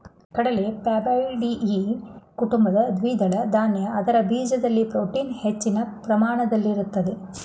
ಕಡಲೆ ಫ್ಯಾಬಾಯ್ಡಿಯಿ ಕುಟುಂಬದ ದ್ವಿದಳ ಧಾನ್ಯ ಅದರ ಬೀಜದಲ್ಲಿ ಪ್ರೋಟೀನ್ ಹೆಚ್ಚಿನ ಪ್ರಮಾಣದಲ್ಲಿರ್ತದೆ